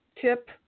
tip